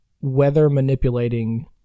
weather-manipulating